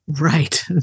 Right